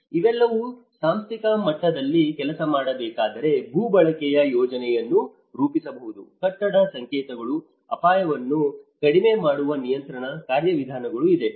ಇವೆಲ್ಲವೂ ಸಾಂಸ್ಥಿಕ ಮಟ್ಟದಲ್ಲಿ ಕೆಲಸ ಮಾಡಬೇಕಾದರೆ ಭೂ ಬಳಕೆಯ ಯೋಜನೆಯನ್ನು ರೂಪಿಸಬಹುದು ಕಟ್ಟಡ ಸಂಕೇತಗಳು ಅಪಾಯವನ್ನು ಕಡಿಮೆ ಮಾಡುವ ನಿಯಂತ್ರಣ ಕಾರ್ಯವಿಧಾನಗಳು ಇದೆ